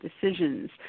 decisions